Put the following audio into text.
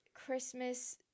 christmas